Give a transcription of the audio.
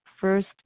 first